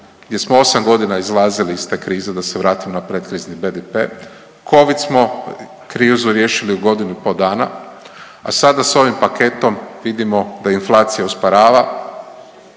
gdje smo osam godina izlazi iz te krize da se vratim na predkrizni BDP, covid smo krizu riješili u godinu i po dana, a sada sa ovim paketom vidimo da inflacija usporava